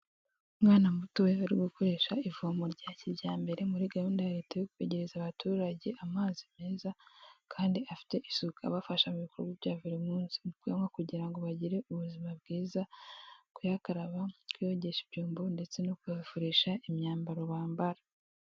Umwana mutoya uri gukoresha ivomo rya kijyambere muri gahunda ya leta yo kwegereza abaturage amazi meza kandi afite isuku, abafasha mu bikorwa bya buri munsi mu kuywa kugira ngo bagire ubuzima bwiza, kuyakaraba, kuyogesha ibyombo ndetse no kuyafurisha imyambaro bambara.